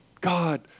God